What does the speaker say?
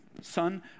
son